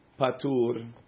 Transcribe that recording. patur